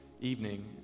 evening